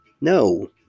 No